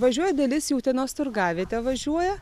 važiuoja dalis į utenos turgavietę važiuoja